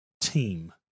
team